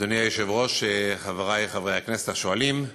אדוני היושב-ראש, חברי חברי הכנסת השואלים,